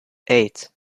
eight